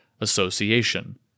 association